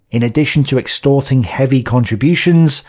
in addition to extorting heavy contributions,